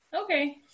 Okay